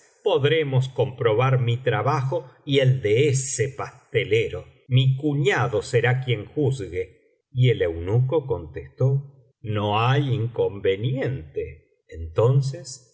podremos comparar mi trabajo y el de ese pastelero mi cuñado será quien juzgue y el eunuco contestó no hay inconveniente entonces la